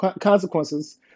consequences